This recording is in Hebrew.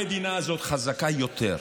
המדינה הזאת חזקה יותר.